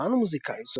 קולנוען ומוזיקאי,